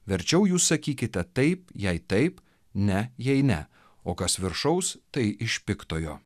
verčiau jūs sakykite taip jei taip ne jei ne o kas viršaus tai iš piktojo